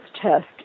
test